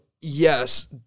yes